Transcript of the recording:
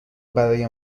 برای